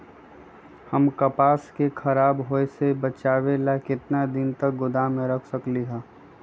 हम कपास के खराब होए से बचाबे ला कितना दिन तक गोदाम में रख सकली ह?